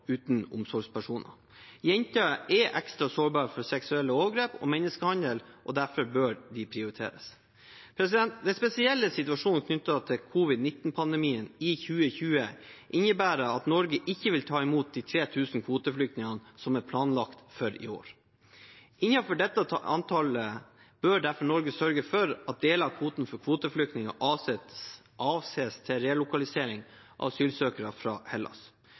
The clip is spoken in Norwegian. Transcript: uten omsorgspersoner. Jenter er ekstra sårbare for seksuelle overgrep og menneskehandel, og derfor bør de prioriteres. Den spesielle situasjonen knyttet til covid-19-pandemien i 2020 innebærer at Norge ikke vil ta imot de 3 000 kvoteflyktningene som er planlagt for i år. Innenfor dette antallet bør derfor Norge sørge for at deler av kvoten for kvoteflyktninger avses til relokalisering av asylsøkere fra Hellas.